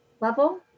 level